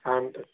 ആ ഉണ്ട്